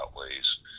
outlays